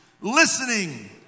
listening